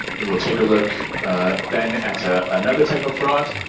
we'll take a look then at ah another type of fraud.